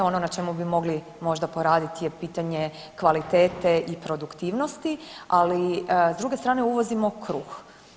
Ono na čemu bi mogli možda poraditi je pitanje kvalitete i produktivnosti, ali s druge strane uvozimo kruh.